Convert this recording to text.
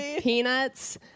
peanuts